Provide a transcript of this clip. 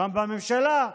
וגם בממשלה,